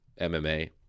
MMA